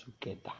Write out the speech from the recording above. together